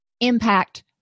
impact